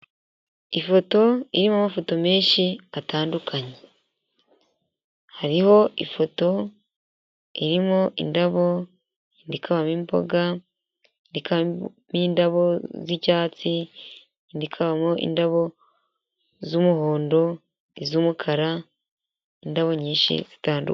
Ifoto irimo amafoto menshi atandukanye , hariho ifoto irimo indabo, indi ikabamo imboga n'indi ikabamo iindabo z'icyatsi, indi ikabamo indabo z'umuhondo, iz'umukara, indabo nyinshi zitandukanye.